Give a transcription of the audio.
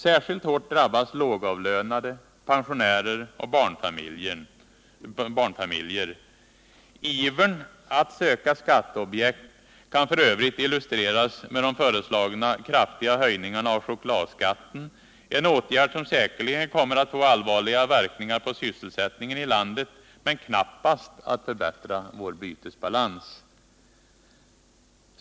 Särskilt hårt drabbas lågavlönade, pensionärer och barnfamiljer. Ivern att söka skatteobjekt kan f. ö. illustreras med de föreslagna kraftiga höjningarna av chokladskatten, en åtgärd som säkerligen kommer att få allvarliga verkningar på sysselsättningen i landet men knappast att förbättra vår bytesbalans.